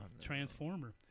transformer